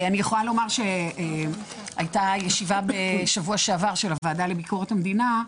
אני יכולה לומר שהייתה ישיבה בשבוע שעבר של הוועדה לביקורת המדינה,